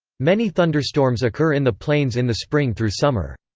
many thunderstorms occur in the plains in the spring through summer.